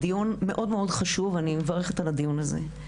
דיון מאוד מאוד חשוב, אני מברכת על הדיון הזה.